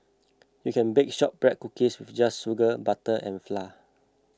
you can bake Shortbread Cookies with just sugar butter and fly